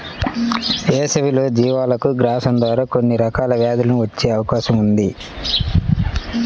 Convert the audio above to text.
వేసవిలో జీవాలకు గ్రాసం ద్వారా కొన్ని రకాల వ్యాధులు వచ్చే అవకాశం ఉంది